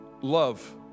love